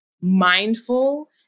mindful